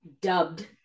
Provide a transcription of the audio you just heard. dubbed